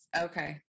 okay